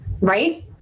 right